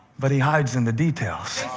but he hides in the details.